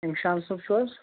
ارشاد صٲب چھُو حظ